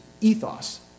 ethos